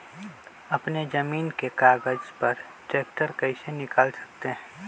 अपने जमीन के कागज पर ट्रैक्टर कैसे निकाल सकते है?